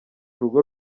urugo